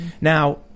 Now